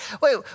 wait